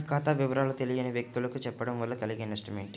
నా ఖాతా వివరాలను తెలియని వ్యక్తులకు చెప్పడం వల్ల కలిగే నష్టమేంటి?